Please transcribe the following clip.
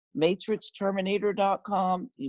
matrixterminator.com